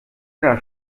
der